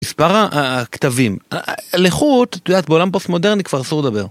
מספר הכתבים לחוט בעולם פוסט מודרני כבר אסור לדבר.